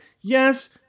Yes